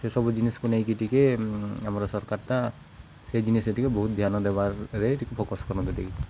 ସେସବୁ ଜିନିଷ୍ କୁ ନେଇକି ଟିକେ ଆମର ସରକାରଟା ସେ ଜିନିଷ ଟିକେ ବହୁତ ଧ୍ୟାନ ଦେବାରେ ଟିକେ ଫୋକସ୍ କରନ୍ତି ଟିକେ